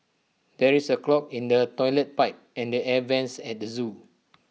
there is A clog in the Toilet Pipe and the air Vents at the Zoo